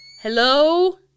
Hello